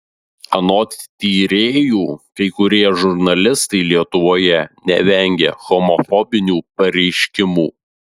anot tyrėjų kai kurie žurnalistai lietuvoje nevengia homofobinių pareiškimų